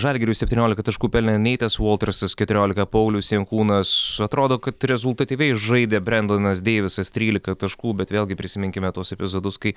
žalgiriui septyniolika taškų pelnė neitas voltersas keturiolika paulius jankūnas atrodo kad rezultatyviai žaidė brendonas deivisas trylika taškų bet vėlgi prisiminkime tuos epizodus kai